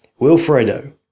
Wilfredo